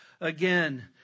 again